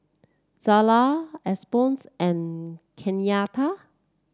Zella Alphonse and Kenyatta